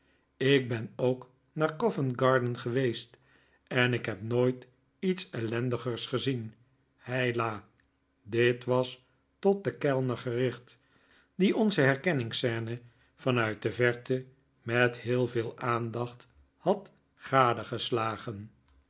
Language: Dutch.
ik ben ook naar covent garden geweest en ik heb nooit iets ellendigers gezien heila dit was tot den kellner gericht die onze herkenningsscene vanuit de verte met heel veel aandacht had